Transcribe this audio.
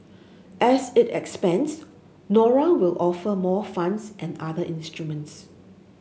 as it expands Nora will offer more funds and other instruments